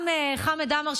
גם חמד עמאר,